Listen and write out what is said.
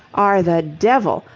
are the devil.